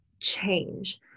change